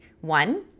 one